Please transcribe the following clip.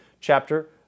chapter